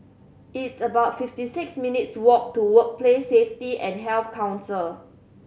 it's about fifty six minutes' walk to Workplace Safety and Health Council